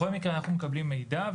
בכל מקרה אנחנו מקבלים מידע,